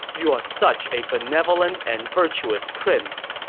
you're such a benevolent and virtuous prince!